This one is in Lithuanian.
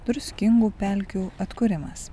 druskingų pelkių atkūrimas